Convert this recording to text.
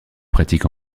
pratiques